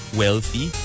wealthy